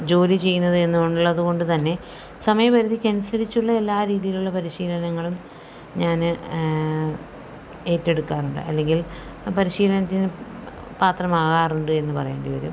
ജോലി ചെയ്യുന്നത് എന്നുള്ളതുകൊണ്ട് തന്നെ സമയപരിധിക്കനുസരിച്ചുള്ള എല്ലാ രീതിയിലുള്ള പരിശീലനങ്ങളും ഞാൻ ഏറ്റെടുക്കാറുണ്ട് അല്ലെങ്കിൽ പരിശീലനത്തിന് പാത്രമാകാറുണ്ട് എന്നു പറയേണ്ടി വരും